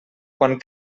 quan